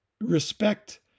respect